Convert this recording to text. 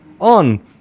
on